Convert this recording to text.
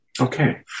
okay